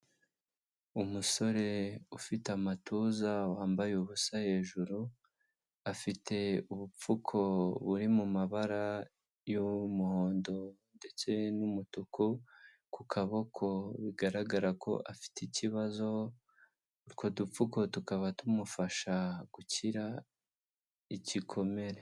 Umusore ufite amatuza wambaye ubusa hejuru, afite ubupfuko buri mu mabara y' umuhondo ndetse n'umutuku ku kaboko, bigaragara ko afite ikibazo, utwo dupfuko tukaba tumufasha gukira igikomere.